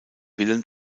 willen